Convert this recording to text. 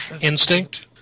Instinct